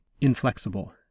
inflexible